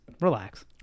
relax